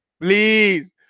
Please